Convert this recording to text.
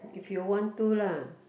if you want to lah